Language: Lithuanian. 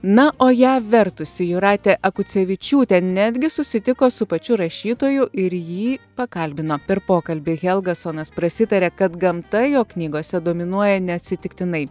na o ją vertusi jūratė akucevičiūtė netgi susitiko su pačiu rašytoju ir jį pakalbino per pokalbį helgasonas prasitarė kad gamta jo knygose dominuoja neatsitiktinai